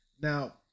Now